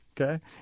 Okay